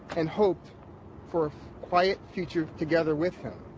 and hoped for a quiet future together with him.